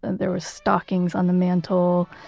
there were stockings on the mantle,